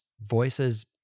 voices